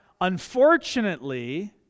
unfortunately